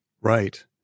Right